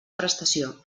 prestació